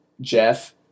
Jeff